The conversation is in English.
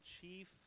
chief